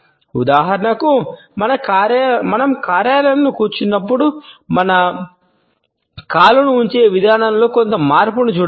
ఉదాహరణకు మనం కార్యాలయంలో కూర్చున్నప్పుడు మన కాలును ఉంచే విధానంలో కొంత మార్పును చూడవచ్చు